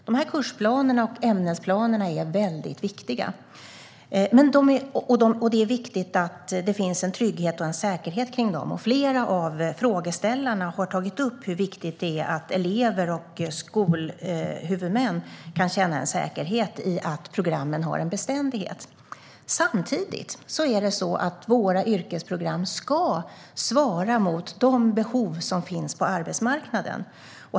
Dessa kursplaner och ämnesplaner är viktiga, och det är angeläget att det finns en trygghet och säkerhet när det gäller dem. Flera av frågeställarna har tagit upp hur viktigt det är att elever och skolhuvudmän kan känna en säkerhet i att programmen har en beständighet. Samtidigt ska våra yrkesprogram svara mot de behov som finns på arbetsmarknaden.